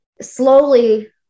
slowly